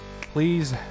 please